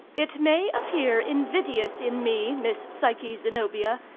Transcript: it may appear invidious in me, miss psyche zenobia,